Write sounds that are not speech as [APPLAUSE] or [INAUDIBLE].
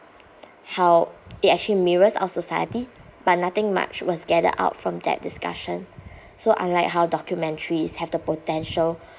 how it actually mirrors of society but nothing much was gathered out from that discussion [BREATH] so unlike how documentaries have the potential